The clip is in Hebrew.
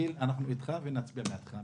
גיל, אנחנו איתך ונצביע בעדך.